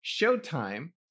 Showtime